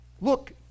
Look